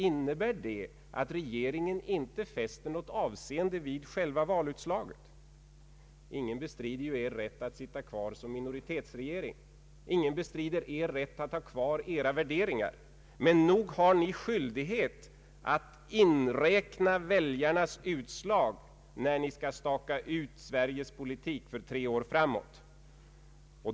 Innebär det att regeringen inte fäster något avseende vid själva valutslaget? Ingen bestrider er rätt att sitta kvar som minoritetsregering, ingen bestrider er rätt att ha kvar era värderingar. Men nog har ni skyldighet att inräkna väljarnas utslag när ni skall staka ut Sveriges politik för tre år framåt.